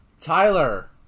Tyler